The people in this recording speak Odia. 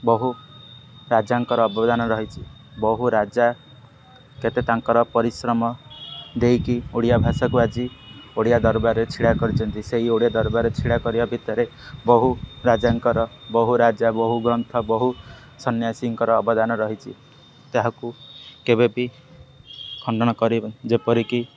ବହୁ ରାଜାଙ୍କର ଅବଦାନ ରହିଛି ବହୁ ରାଜା କେତେ ତାଙ୍କର ପରିଶ୍ରମ ଦେଇକି ଓଡ଼ିଆ ଭାଷାକୁ ଆଜି ଓଡ଼ିଆ ଦରବାରରେ ଛିଡ଼ା କରିଛନ୍ତି ସେଇ ଓଡ଼ିଆ ଦରବାରେ ଛିଡ଼ା କରିବା ଭିତରେ ବହୁ ରାଜାଙ୍କର ବହୁ ରାଜା ବହୁ ଗ୍ରନ୍ଥ ବହୁ ସନ୍ୟାସିଙ୍କର ଅବଦାନ ରହିଛି ତାହାକୁ କେବେ ବି ଖଣ୍ଡନ କରିବ ଯେପରିକି